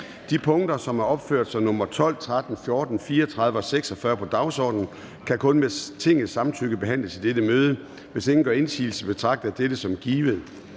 De punkter, som er opført som nr. 12, 13, 14, 34 og 46 på dagsordenen, kan kun med Tingets samtykke behandles i dette møde. Hvis ingen gør indsigelse, betragter jeg dette som givet.